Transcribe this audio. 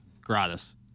gratis